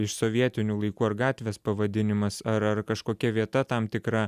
iš sovietinių laikų ar gatvės pavadinimas ar ar kažkokia vieta tam tikra